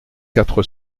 quatre